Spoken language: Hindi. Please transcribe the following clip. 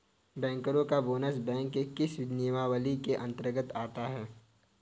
बैंकरों का बोनस बैंक के किस नियमावली के अंतर्गत आता है?